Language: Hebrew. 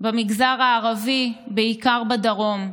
במגזר הערבי, בעיקר בדרום.